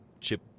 chip